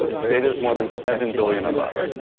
today there's more than seven billion of us.